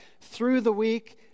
through-the-week